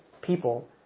people